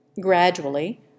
Gradually